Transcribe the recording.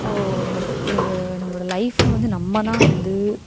so நம்ம நம்மளோட லைப்ஃபை நம்ம தான் வந்து